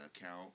account